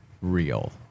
real